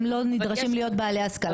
הם לא נדרשים להיות בעלי השכלה משפטית.